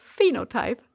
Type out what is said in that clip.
phenotype